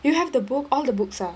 you have the book all the books uh